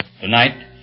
Tonight